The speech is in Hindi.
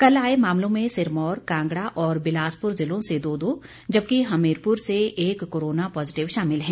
कल आए मामलों में सिरमौर कांगड़ा और बिलासपुर जिलों से दो दो जबकि हमीरपुर से एक कोरोना पॉजिटिव शामिल हैं